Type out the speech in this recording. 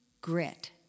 grit